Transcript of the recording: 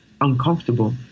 uncomfortable